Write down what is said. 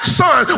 son